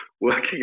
working